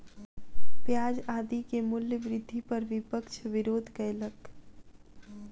प्याज आदि के मूल्य वृद्धि पर विपक्ष विरोध कयलक